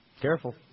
Careful